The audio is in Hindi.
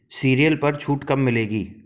सीरियल पर छूट कब मिलेगी